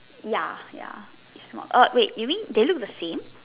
ya ya it's not orh wait you mean they look the same